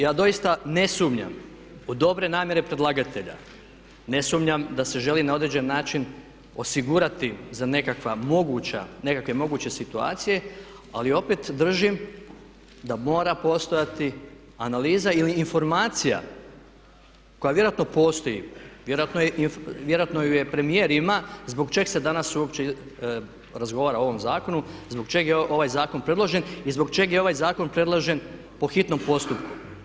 Ja doista ne sumnjam u dobre namjere predlagatelja, ne sumnjam da se želi na određeni način osigurati za nekakva moguća, nekakve moguće situacije ali opet držim da mora postojati analiza ili informacija koja vjerojatno postoji, vjerojatno ju i premijer ima zbog čega se danas uopće razgovara o ovom zakonu, zbog čega je ovaj zakon predložen i zbog čega je ovaj zakon predložen po hitnom postupku.